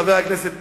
חבר הכנסת פיניאן,